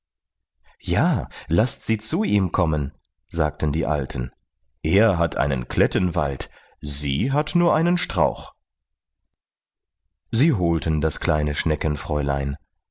ja laßt sie zu ihm kommen sagten die alten er hat einen klettenwald sie hat nur einen strauch sie holten das kleine schneckenfräulein